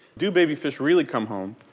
do baby fish really come home?